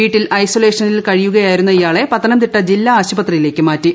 വീട്ടിൽ ഐസ്വലേഷനിൽ കഴിയുകയായിരുന്ന ഇയാളെ പത്തനംതിട്ട ജില്ലാ ആശുപത്രിയിലേക്ക് മാറ്റി